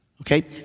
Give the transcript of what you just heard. Okay